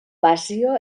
pasio